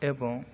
ଏବଂ